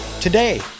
Today